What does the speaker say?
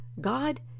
God